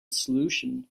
solution